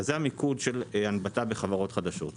זה המיקוד של הנבטה בחברות חדשות.